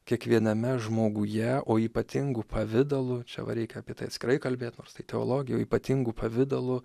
kiekviename žmoguje o ypatingu pavidalu čia va reikia apie tai atskirai kalbėt nors tai teologijoj ypatingu pavidalu